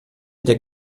der